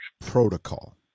protocol